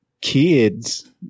kids